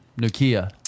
Nokia